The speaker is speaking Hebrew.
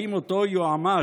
האם אותו יועמ"ש,